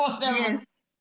yes